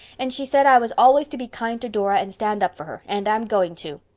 and she said i was always to be kind to dora and stand up for her, and i'm going to.